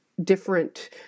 different